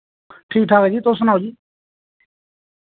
ठीक ठाक जी तुस सनाओ जी